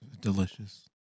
Delicious